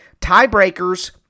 tiebreakers